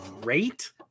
great